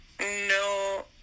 No